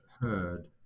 heard